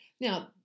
Now